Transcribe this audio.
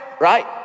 right